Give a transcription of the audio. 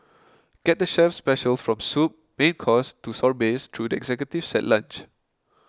get the chef's specials from soup main course to sorbets through the Executive set lunch